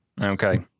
okay